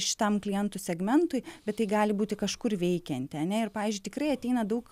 šitam klientų segmentui bet tai gali būti kažkur veikianti ane ir pavyzdžiui tikrai ateina daug